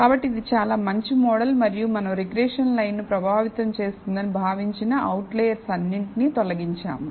కాబట్టి ఇది చాలా మంచి మోడల్ మరియు మనం రిగ్రెషన్ లైన్ను ప్రభావితం చేస్తుందని భావించిన అవుట్లెర్స్ అన్నింటినీ తొలగించాము